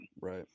Right